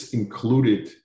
included